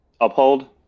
Uphold